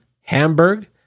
Hamburg